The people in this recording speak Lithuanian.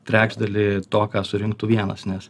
trečdalį to ką surinktų vienas nes